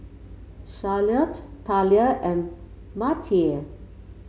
Charlottie Thalia and Matie